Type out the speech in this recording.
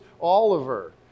Oliver